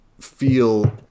feel